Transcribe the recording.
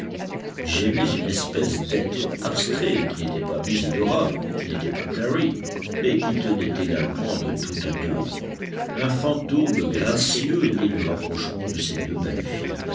j'aimais une espèce d'être abstrait qui n'était pas musidora qui n'était pas clary mais qui tenait également de toutes deux un fantôme gracieux né du rapprochement de ces deux belles filles